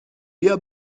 بیا